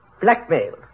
blackmail